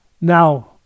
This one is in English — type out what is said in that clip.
Now